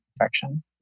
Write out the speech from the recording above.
infection